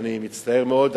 אני מצטער מאוד.